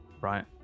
right